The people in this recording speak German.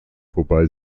wobei